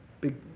big